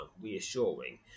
reassuring